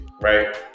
right